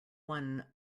won